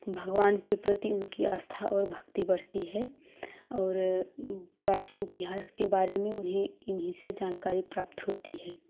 भगवान के प्रति उनकी आस्था और भक्ति बढ़ती है और प्राचीन इतिहास के बारे में उन्हें इन्हीं से जानकारी प्राप्त होती है